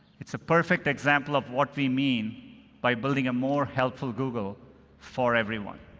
it's a perfect example of what we mean by building a more helpful google for everyone.